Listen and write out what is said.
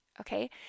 Okay